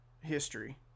history